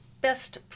best